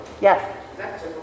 Yes